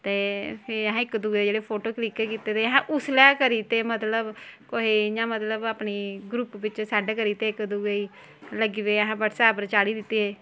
ते फिर असें इक दूए दे जेह्ड़े फोटो क्लिक कीते दे हे असें उसलै गै करी दित्ते दे हे मतलब कुसै गी इयां मतलब अपनी ग्रुप बिच्च सैंड करी दित्ते इक दूए गी लग्गी पे अस बाट्सऐप उप्पर चाढ़ी दित्ते